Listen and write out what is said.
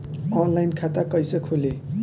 Online खाता कईसे खुलि?